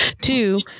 Two